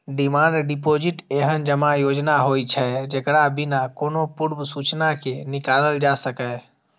demand deposit एहन जमा योजना होइ छै, जेकरा बिना कोनो पूर्व सूचना के निकालल जा सकैए